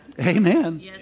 Amen